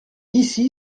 ici